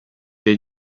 dei